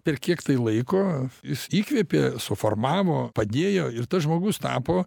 per kiek laiko jis įkvėpė suformavo padėjo ir tas žmogus tapo